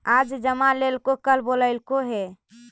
आज जमा लेलको कल बोलैलको हे?